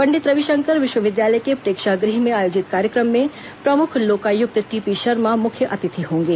पंडित रविशंकर विश्वविद्यालय के प्रेक्षागृह में आयोजित कार्यक्रम में प्रमुख लोकायुक्त टीपी शर्मा मुख्य अतिथि होंगे